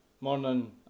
morning